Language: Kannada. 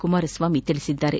ಕುಮಾರಸ್ವಾಮಿ ತಿಳಿಸಿದ್ದಾರೆ